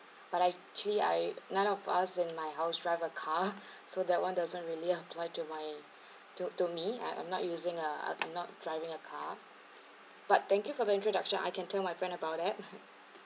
but actually I none of us in my house drive a car so that one doesn't really apply to my to to me I'm not using a I'm not driving a car but thank you for the introduction I can tell my friend about that